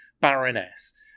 Baroness